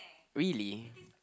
really